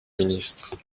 ministre